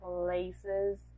places